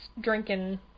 drinking